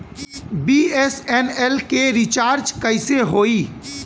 BSNL के recharge कैसे होयी?